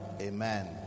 Amen